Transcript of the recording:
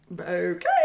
Okay